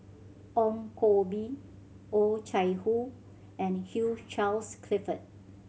Ong Koh Bee Oh Chai Hoo and Hugh Charles Clifford